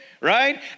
right